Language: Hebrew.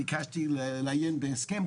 ביקשתי לעיין בהסכם,